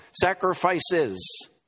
Sacrifices